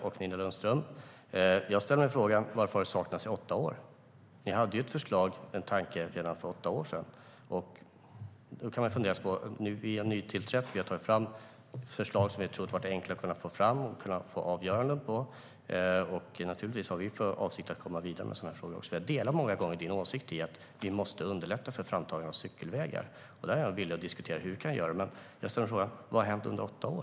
Fru talman! Jag ställer mig frågan varför det har saknats i åtta år, Nina Lundström. Ni hade ju ett förslag och en tanke redan för åtta år sedan. Vi har nyligen tillträtt, och vi har tagit fram förslag som vi tyckte var enkla att få fram och få avgöranden om. Vi har naturligtvis för avsikt att komma vidare med dessa frågor. Många gånger delar jag din åsikt, Nina Lundström, att vi måste underlätta framtagandet av cykelvägar. Jag är villig att diskutera hur vi kan göra det. Men jag ställer mig frågan: Vad har hänt under åtta år?